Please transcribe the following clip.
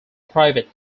private